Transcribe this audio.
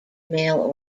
mail